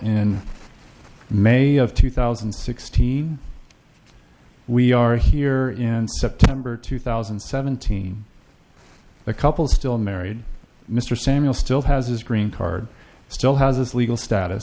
in may of two thousand and sixteen we are here in september two thousand and seventeen the couple still married mr samuel still has his green card still has its legal status